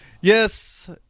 Yes